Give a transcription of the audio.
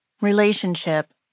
relationship